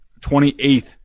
28th